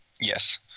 Yes